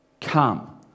Come